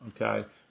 Okay